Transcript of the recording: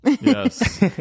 yes